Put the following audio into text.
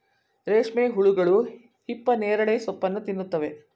ರೇಷ್ಮೆ ಹುಳುಗಳು ಹಿಪ್ಪನೇರಳೆ ಸೋಪ್ಪನ್ನು ತಿನ್ನುತ್ತವೆ